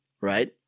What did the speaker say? right